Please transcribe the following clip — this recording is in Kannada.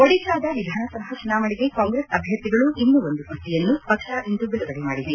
ಒಡಿತಾದ ವಿಧಾನಸಭಾ ಚುನಾವಣೆಗೆ ಕಾಂಗ್ರೆಸ್ ಅಭ್ಯರ್ಥಿಗಳ ಇನ್ನೂ ಒಂದು ಪಟ್ಟಿಯನ್ನು ಪಕ್ಷ ಇಂದು ಬಿಡುಗಡೆ ಮಾಡಿದೆ